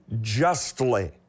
justly